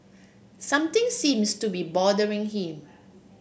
something seems to be bothering him